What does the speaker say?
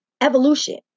Evolution